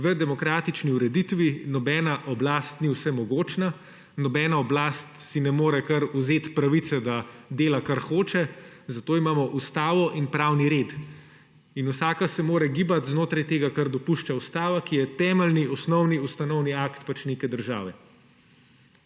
V demokratični ureditvi nobena oblast ni vsemogočna, nobena oblast si ne more kar vzeti pravice, da dela, kar hoče, zato imamo ustavo in pravni red. In vsaka se mora gibati znotraj tega, kar dopušča ustava, ki je temeljni, osnovni, ustanovni akt neke države.